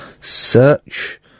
search